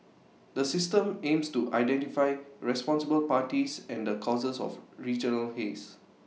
the system aims to identify responsible parties and the causes of regional haze